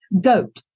goat